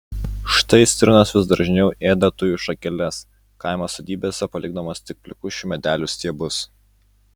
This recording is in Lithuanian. štai stirnos vis dažniau ėda tujų šakeles kaimo sodybose palikdamos tik plikus šių medelių stiebus